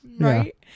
Right